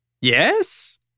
Yes